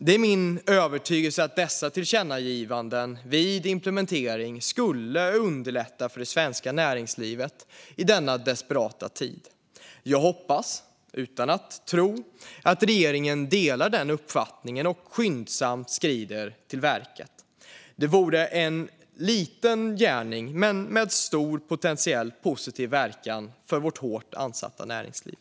Det är min övertygelse att dessa tillkännagivanden vid implementering skulle underlätta för det svenska näringslivet i denna desperata tid. Jag hoppas, utan att tro, att regeringen delar den uppfattningen och skyndsamt skrider till verket. Det vore en liten gärning med stor potentiell positiv verkan för vårt hårt ansatta näringsliv.